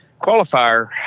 qualifier